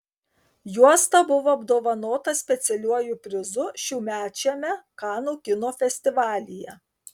juosta buvo apdovanota specialiuoju prizu šiųmečiame kanų kino festivalyje